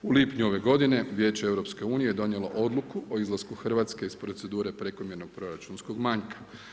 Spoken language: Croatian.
U lipnju ove godine Vijeće EU donijelo je odluku o izlasku Hrvatske iz procedure prekomjernog proračunskog manjka.